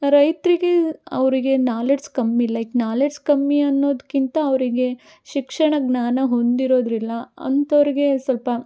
ರೈತರಿಗೆ ಅವರಿಗೆ ನಾಲೆಡ್ಜ್ ಕಡಿಮೆ ಲೈಕ್ ನಾಲೆಡ್ಜ್ ಕಡಿಮೆ ಅನ್ನೋದಕ್ಕಿಂತ ಅವರಿಗೆ ಶಿಕ್ಷಣ ಜ್ಞಾನ ಹೊಂದಿರೋದಿಲ್ಲ ಅಂಥೋರ್ಗೆ ಸ್ವಲ್ಪ